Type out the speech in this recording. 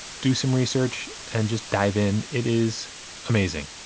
do some research, and just dive in. it is amazing.